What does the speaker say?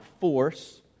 force